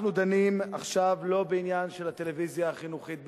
אנחנו דנים עכשיו לא בעניין הטלוויזיה החינוכית בלבד,